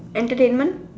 entertainment